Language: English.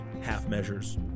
half-measures